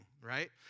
right